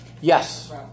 Yes